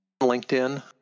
LinkedIn